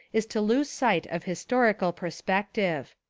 is to lose sight of historical perspective.